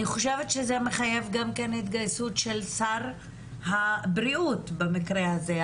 אני חושבת שזה מחייב גם כן התגייסות של שר הבריאות במקרה הזה.